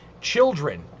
children